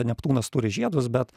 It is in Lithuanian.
neptūnas turi žiedus bet